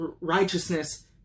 Righteousness